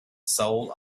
soul